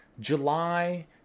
July